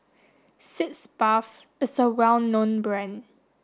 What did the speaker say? Sitz Bath is a well known brand